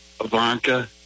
Ivanka